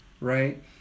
right